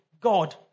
God